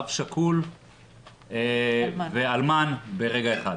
אב שכול ואלמן ברגע אחד'.